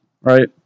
right